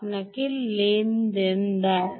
আপনি লেনদেন হয়